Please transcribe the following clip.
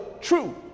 true